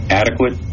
adequate